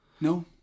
no